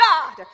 God